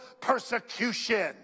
persecution